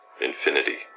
infinity